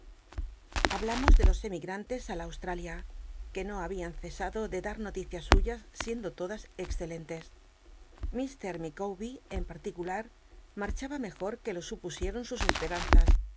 hablamos do los emigtantcs á la ausll'alia que no habian cesado de dar noticias suyas siendo todas excelentes l micawbel en particular marchaba mejor que lo supusieron sus espetanzas